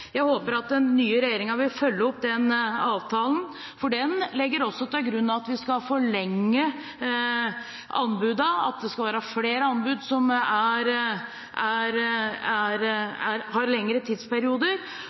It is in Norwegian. Jeg håper at den nye regjeringen vil følge opp den avtalen, for den legger også til grunn at vi skal forlenge anbudene, at det skal være flere anbud som gjelder lengre tidsperioder,